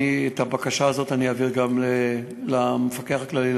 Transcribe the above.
את הבקשה הזאת אני אעביר גם למפקח הכללי,